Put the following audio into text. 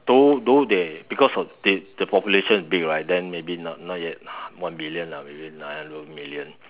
though though they because of they the population is big right then maybe not not yet one billion lah maybe nine hundred over million